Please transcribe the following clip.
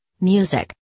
Music